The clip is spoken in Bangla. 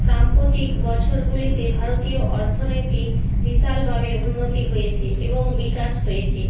সাম্প্রতিক বছরগুলিতে ভারতীয় অর্থনীতি বিশালভাবে উন্নতি হয়েছে এবং বিকাশ হয়েছে